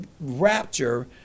rapture